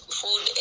food